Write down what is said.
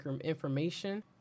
information